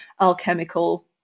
alchemical